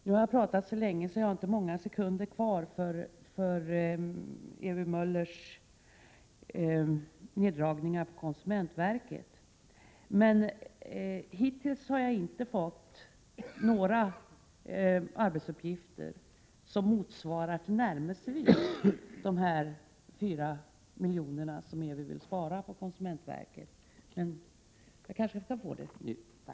Nu har jag inte så lång tid till mitt förfogande för att kommentera de förslag om neddragningar på anslaget till konsumentverket som Ewy Möller redogjorde för. Hittills har jag inte fått några exempel på arbetsuppgifter där man kan göra besparingar som motsvarat tillnärmelsevis de 4 milj.kr. som man vill inbespara på konsumentverket, men jag kanske kan få det senare.